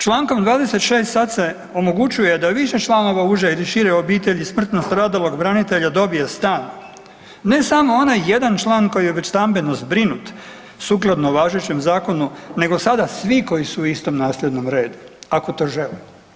Člankom 26. sad se omogućuje da više članova uže ili šire obitelji smrtno stradalog branitelja dobije stan, ne samo onaj jedan član koji je već stambeno zbrinut sukladno važećem Zakonu, nego sada svi koji su u istom nasljednom redu, ako to žele.